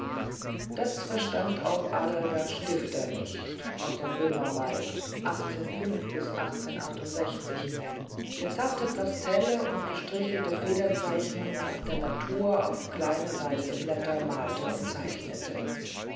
dies verstand auch adalbert stifter nicht aus dem böhmerwald der zarte pastelle und gestrichelte federzeichnungen nach der natur auf kleine weiße blätter malte und zeichnete